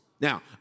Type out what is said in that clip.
Now